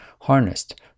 harnessed